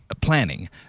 planning